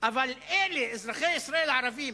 אבל אלה, אזרחי ישראל הערבים,